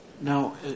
Now